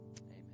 Amen